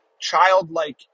childlike